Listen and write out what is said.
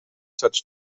such